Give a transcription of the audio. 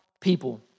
people